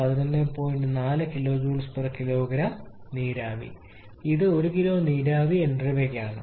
4 kJ kg നീരാവി ഇത് ഒരു കിലോ നീരാവി എൻട്രോപ്പി എന്നിവയ്ക്കാണ്